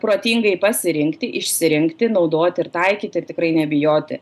protingai pasirinkti išsirinkti naudoti ir taikyti ir tikrai nebijoti